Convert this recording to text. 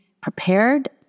prepared